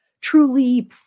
truly